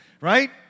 Right